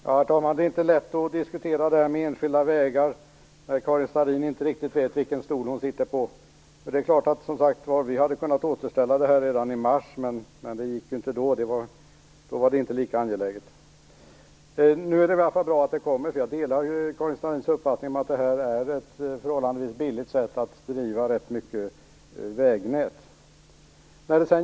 Herr talman! Det är inte lätt att diskutera frågan om enskilda vägar, när Karin Starrin inte riktigt vet vilken stol hon sitter på. Vi hade som sagt kunnat återställa det här redan i mars, men det gick inte då. Då var det inte lika angeläget. Det i alla fall bra att det kommer nu. Jag delar Karin Starrins uppfattning att det här är ett förhållandevis billigt sätt att driva rätt mycket vägnät.